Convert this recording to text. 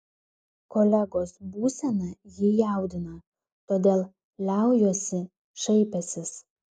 kolegos būsena jį jaudina todėl liaujuosi šaipęsis